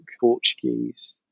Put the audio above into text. Portuguese